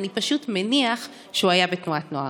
אני פשוט מניח שהוא היה בתנועת נוער.